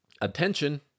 Attention